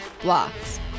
blocks